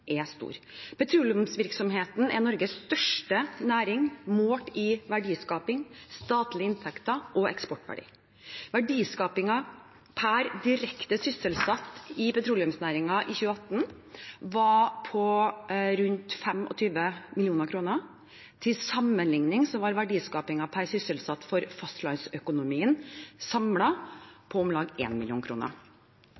er store. Petroleumsvirksomheten er Norges største næring målt i verdiskaping, statlige inntekter og eksportverdi. Verdiskapingen per direkte sysselsatt i petroleumsnæringen i 2018 var på rundt 25 mill. kr. Til sammenligning var verdiskapingen per sysselsatt for fastlandsøkonomien